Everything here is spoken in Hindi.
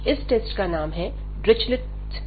इस टेस्ट का नाम है डिरिचलेट टेस्ट Dirichlet's test